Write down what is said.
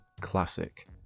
classic